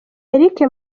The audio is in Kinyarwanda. eric